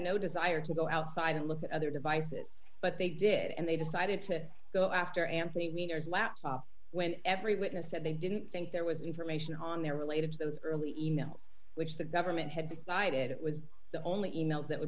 no desire to go outside and look at other devices but they did and they decided to go after anthony weiner's laptop when every witness said they didn't think there was information on there related to those early e mails which the government had decided it was the only e mails that would